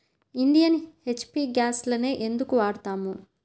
Indian, HP గ్యాస్లనే ఎందుకు వాడతాము?